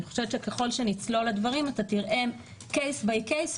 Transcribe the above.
אני חושבת שככל שנצלול לדברים אתה תראה מקרה אחר מקרה,